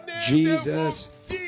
Jesus